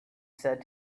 said